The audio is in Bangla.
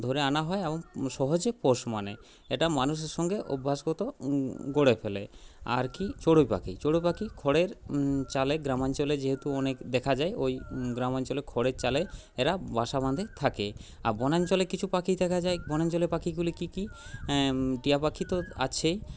ধরে আনা হয় এবং সহজে পোষ মানে এটা মানুষের সঙ্গে অভ্যাসগত গড়ে ফেলে আর কি চড়ুই পাখি চড়ুই পাখি খড়ের চালে গ্রামাঞ্চলে যেহেতু অনেক দেখা যায় ওই গ্রামাঞ্চলে খড়ের চালে এরা বাসা বেঁধে থাকে আর বনাঞ্চলে কিছু পাখি দেখা যায় বনাঞ্চলে পাখিগুলি কী কী টিয়া পাখি তো আছেই